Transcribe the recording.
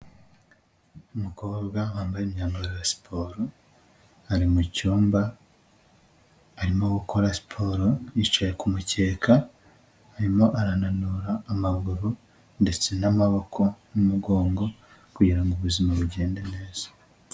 Ukobwa wambaye imyambaro ya siporo, ari mu cyumba, arimo gukora siporo yicaye ku kumukeka, arimo arananura amaguru ndetse n'amaboko n'umugongo kugira ngo ubuzima bugende neza.